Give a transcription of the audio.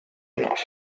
enough